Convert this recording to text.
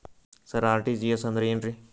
ಸರ RTGS ಅಂದ್ರ ಏನ್ರೀ?